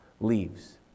Leaves